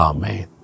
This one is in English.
Amen